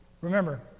Remember